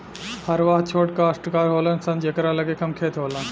हरवाह छोट कास्तकार होलन सन जेकरा लगे कम खेत होला